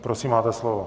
Prosím, máte slovo.